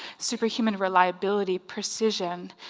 super human reliability, precision,